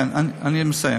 כן, אני מסיים.